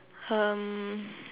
um